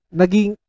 naging